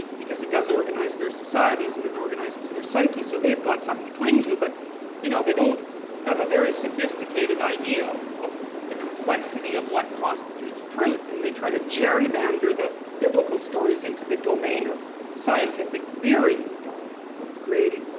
because it does organize their societies and it organizes their psyche, so they've got something to cling to. but you know, they don't have a very sophisticated idea of of the complexity of what constitutes truth, and they try to gerrymander the biblical stories into the domain of scientific theory, you know?